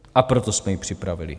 A proto jsme ji připravili.